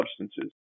substances